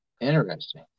Interesting